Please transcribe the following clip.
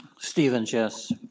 stephens, yes.